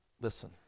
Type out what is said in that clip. listen